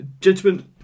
Gentlemen